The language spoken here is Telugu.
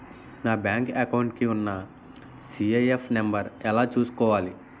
నా బ్యాంక్ అకౌంట్ కి ఉన్న సి.ఐ.ఎఫ్ నంబర్ ఎలా చూసుకోవాలి?